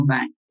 Bank